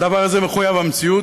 הדבר הזה מחויב המציאות,